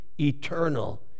eternal